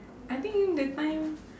I think in that time